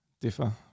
differ